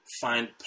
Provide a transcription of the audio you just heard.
find